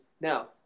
Now